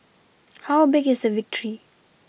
how big is the victory